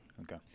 Okay